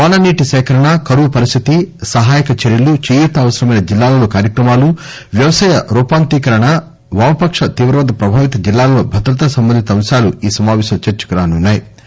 వాన నీటి సేకరణ కరువు పరిస్లితి సహాయక చర్యలు చేయూత అవసరమైన జిల్లాల్లో కార్యక్రమాలు వ్యవసాయ రూపాంతరీకరణ వామపక్ష తీవ్రవాద ప్రభావిత జిల్లాల్లో భద్రతా సంబంధిత అంశాలు ఈ సమాపేశంలో చర్చకు రానున్నా యి